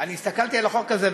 אני הסתכלתי על החוק הזה,